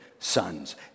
sons